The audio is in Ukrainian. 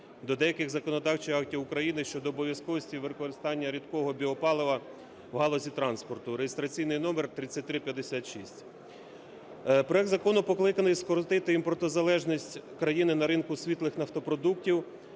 до деяких законодавчих актів України щодо обов'язковості використання рідкого біопалива у галузі транспорту, (реєстраційний номер 3356). Проект закону покликаний скоротити імпортозалежність країни на ринку світлих нафтопродуктів,